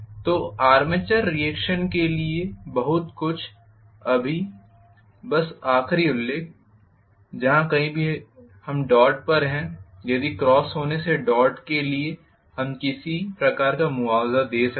तो armature reaction के लिए बहुत कुछ अभी बस आखिरी उल्लेख जहां कही भी हम डॉट पर हैं यदि क्रॉस होने से डॉट के लिए हम किसी प्रकार का मुआवजा दे सकते हैं